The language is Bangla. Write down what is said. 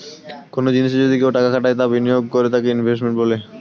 কনো জিনিসে যদি কেউ টাকা খাটায় বা বিনিয়োগ করে তাকে ইনভেস্টমেন্ট বলে